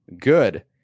good